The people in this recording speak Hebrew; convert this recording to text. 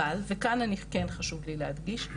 אבל וכאן כן חשוב לי להדגיש,